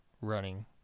running